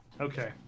Okay